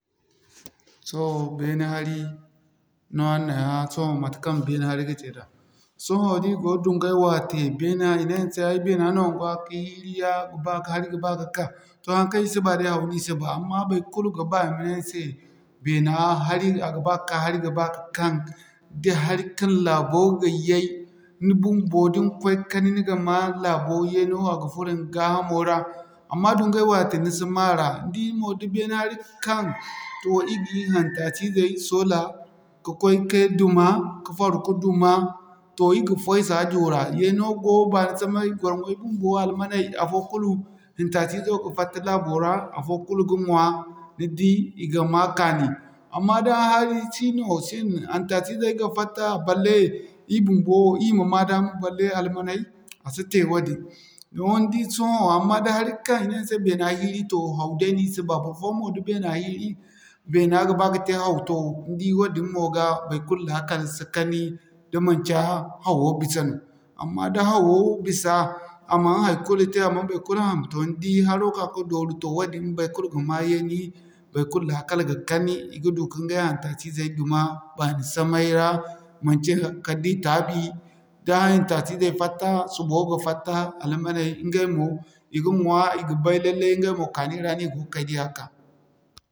Sohõ beene hari no aran na ay hã sohõ matekaŋ beene hari ga tey da. Sohõ da i go dungay wate i ne ni se ay beena no ga ba ka hiiri ya hari ga ba ka Kaŋ. Toh haŋkaŋ ir si ba day haw no ir si ba, amma baikulu ga ba i a ne ni se beena hari ne ya ga ba ka'kaŋ. Da hari Kaŋ laabo ga yay, ni bumbo din koy kani ni ga ma laabo yeeno a ga furo ni ga hamo ra. Amma duŋgay wate ni si ma ra ni di mo da beene hari Kaŋ toh ir ga ir haŋtaacizey soola, ka koy ka duma, ka faru ka duma. Toh ir ga foy saajo ra, yeeno go baani samay, gwarŋay bumbo almaney afookul haŋtaacizey ga fatta laabo ra, afo kul ga ŋwaa, ni di i ga ma kaani. Amma da hari sino sin, haŋtaacizey ga fatta balle ir bumbo ir ma'ma daama balle almaney? A si te wadin, wo ni di sohõ amma da hari Kaŋ, i ne ni se beena hiiri toh haw daino ir si ba barfoyaŋ mo da beena hiiri, beena ga ba ka te haw toh ni di woodin wo ga baikulu lakkal si kani da manci hawo bisa no. Amma da hawo bisa, a man haikulu tey a man baikulu ham, toh ni di haro ka'ka dooru toh wadin baikulu ga ma yeeni. Baikulu lakkal ga kani, i ga du kiŋ gay haŋtaacizey duma, bani samay ra, manci kala di na taabi, da haŋtaacizey fatta. Subo ga fatta, almaney iŋgay mo i ga ɲwaa i ga bay lallai iŋgay mo kaani ra ni go kaydiya ka.